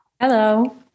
hello